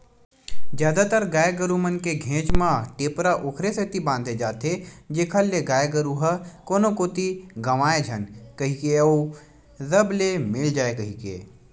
जादातर गाय गरु मन के घेंच म टेपरा ओखरे सेती बांधे जाथे जेखर ले गाय गरु ह कोनो कोती गंवाए झन कहिके अउ रब ले मिल जाय कहिके